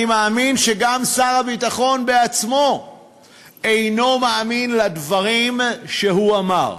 אני מאמין שגם שר הביטחון בעצמו אינו מאמין בדברים שהוא אמר.